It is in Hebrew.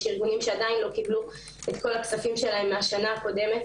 יש ארגונים שעדיין לא קיבלו את כל הכספים שלהם מהשנה הקודמת